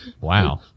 Wow